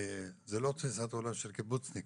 זה לא תפיסת עולם של קיבוצניק,